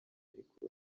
ariko